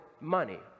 money